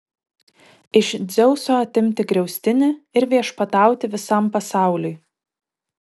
iš dzeuso atimti griaustinį ir viešpatauti visam pasauliui